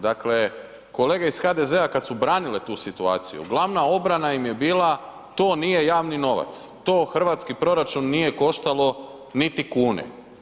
Dakle, kolege iz HDZ-a kada su branile tu situaciju, glavna obrana im je bila to nije javni novac, to nije hrvatski proračun nije koštalo niti kune.